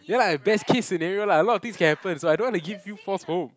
ya lah best case scenario lah a lot of things can happen like I don't want to give you false hope